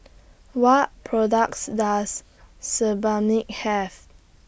What products Does Sebamed Have